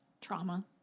trauma